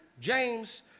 James